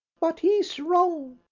but he's wrong.